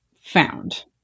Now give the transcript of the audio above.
found